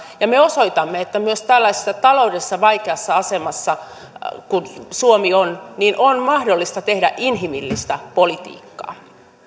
ja me osoitamme että myös tällaisessa taloudellisesti vaikeassa asemassa missä suomi on on mahdollista tehdä inhimillistä politiikkaa